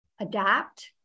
adapt